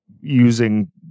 using